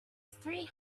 three